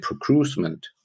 procurement